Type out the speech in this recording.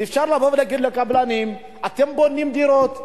אפשר לבוא ולהגיד לקבלנים: אתם בונים דירות,